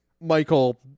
Michael